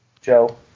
Joe